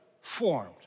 formed